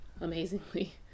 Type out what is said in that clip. amazingly